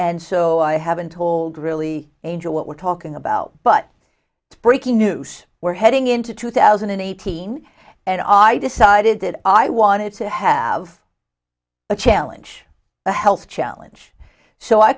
and so i haven't told really angel what we're talking about but breaking news we're heading into two thousand and eighteen and i decided i wanted to have a challenge a health challenge so i